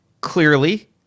clearly